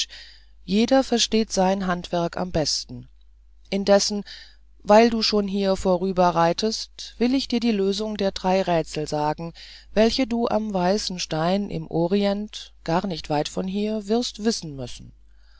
jeder versteht sein handwerk am besten indessen weil du schon hier vorüberreitest will ich dir die lösung der drei rätsel sagen welche du am weißen stein im orient gar nicht weit von hier wirst wissen müssen